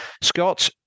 Scott